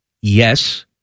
yes